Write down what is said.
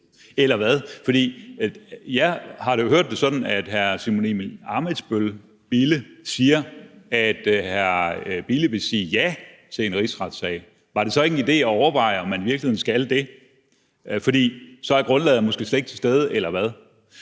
Eller hvad? For jeg har hørt det sådan, at hr. Simon Emil Ammitzbøll-Bille siger, at han vil sige ja til en rigsretssag. Var det så ikke en idé at overveje, om man i virkeligheden skal det? For så er grundlaget måske slet ikke til stede, eller hvad?